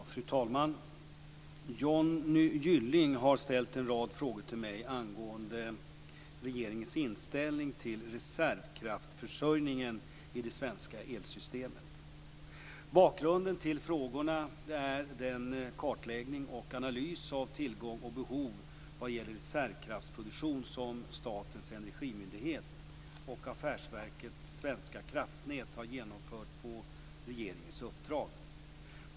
Fru talman! Johnny Gylling har ställt en rad frågor till mig angående regeringens inställning till reservkraftsförsörjningen i det svenska elsystemet. Bakgrunden till frågorna är den kartläggning och analys av tillgång och behov vad gäller reservkraftsproduktion som Statens energimyndighet och Affärsverket svenska kraftnät har genomfört på regeringens uppdrag.